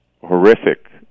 horrific